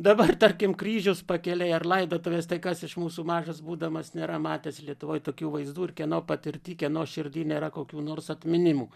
dabar tarkim kryžius pakelėj ar laidotuvės tai kas iš mūsų mažas būdamas nėra matęs lietuvoj tokių vaizdų ir kieno patirty kieno širdy nėra kokių nors atminimų